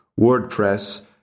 WordPress